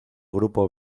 grupo